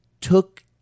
took